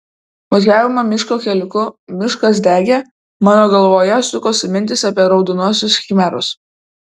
važiavome miško keliuku miškas degė mano galvoje sukosi mintys apie raudonuosius khmerus